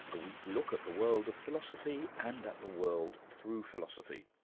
a weekly look at the world of philosophy and at the world through philosophy.